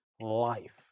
life